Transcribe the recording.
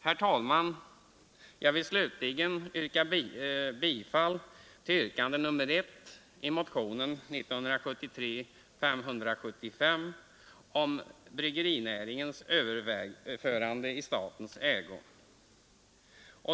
Herr talman! Jag vill slutligen yrka bifall till yrkande nr 1 i motionen 575 år 1973 om bryggerinäringens överförande i statens ägo.